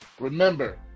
Remember